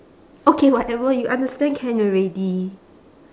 okay whatever you understand can already